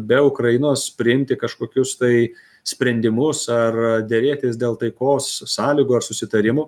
be ukrainos priimti kažkokius tai sprendimus ar derėtis dėl taikos sąlygų ar susitarimų